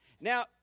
Now